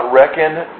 reckoned